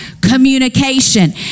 Communication